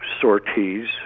sorties